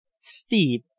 Steve